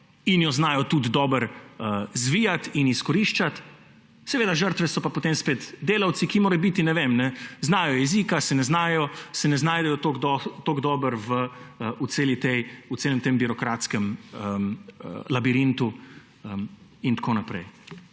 in jo znajo tudi dobro zvijati in izkoriščati. Seveda, žrtve so pa potem spet delavci, ki morebiti ne znajo jezika, se ne znajdejo tako dobro v celem tem birokratskem labirintu in tako naprej.